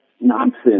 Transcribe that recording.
nonsense